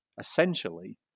essentially